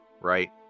right